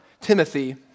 Timothy